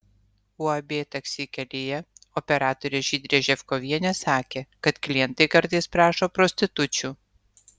uab taksi kelyje operatorė žydrė ževkovienė sakė kad klientai kartais prašo prostitučių